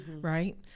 right